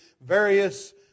various